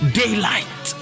daylight